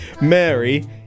Mary